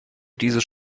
dieses